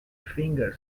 finger